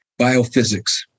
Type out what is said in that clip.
biophysics